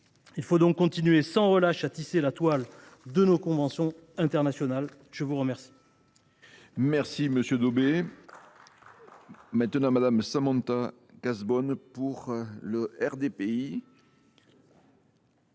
Il faut donc continuer sans relâche à tisser la toile de nos conventions internationales. La parole